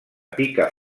pica